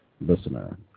listener